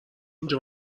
اینجا